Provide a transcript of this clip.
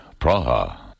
Praha